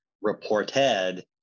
reported